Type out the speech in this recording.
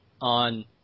on